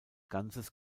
ganzes